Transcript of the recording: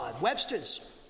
Webster's